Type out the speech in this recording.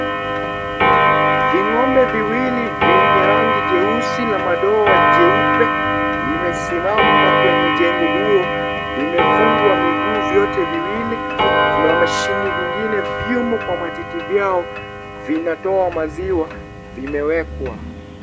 Vingombe viwili vyenye rangi jeusi na madoa jeupe, limesimama kwenye jengo huo, limefungwa miguu vyote viwili, na mashini vingine, vimo kwa matiti yao, vinatoa maziwa, vimewekwa.